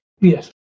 Yes